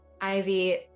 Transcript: Ivy